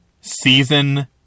season